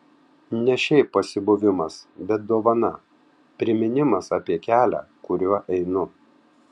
ne šiaip pasibuvimas bet dovana priminimas apie kelią kuriuo einu